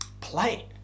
Play